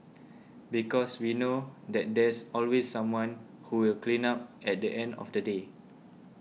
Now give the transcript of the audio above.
because we know that there's always someone who will clean up at the end of the day